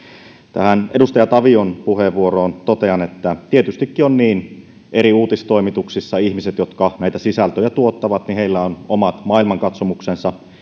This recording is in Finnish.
tähän edustaja tavion puheenvuoroon totean että tietystikin on niin että eri uutistoimituksissa ihmisillä jotka näitä sisältöjä tuottavat on omat maailmankatsomuksensa